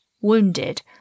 wounded